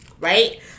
right